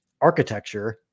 architecture